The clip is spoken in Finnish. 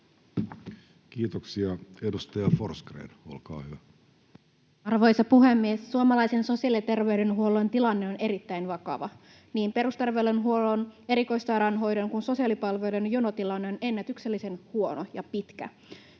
Kiitoksia. — Edustaja Forsgrén, olkaa hyvä. Arvoisa puhemies! Suomalaisen sosiaali- ja terveydenhuollon tilanne on erittäin vakava. Niin perusterveydenhuollon, erikoissairaanhoidon kuin sosiaalipalveluiden jonotilanne on ennätyksellisen huono ja pitkä.